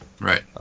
Right